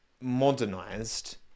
modernized